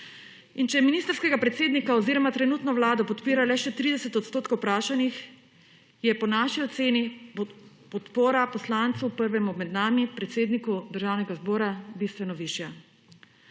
In če ministrskega predsednika oziroma trenutno vlado podpira le še 30 % vprašanih je, po naši oceni, podpora poslancu prvemu med nami predsedniku državnega zbora bistveno višja.